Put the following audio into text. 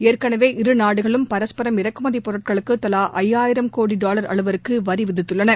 ஏற்கனவே இருநாடுகளும் பரஸ்பரம் இறக்குமதி பொருட்களுக்கு தலா ஐயாயிரம் கோடி டாலர் அளவுக்கு வரி விதித்துள்ளன